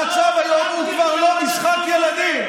המצב היום הוא כבר לא משחק ילדים.